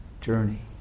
journey